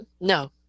No